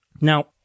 Now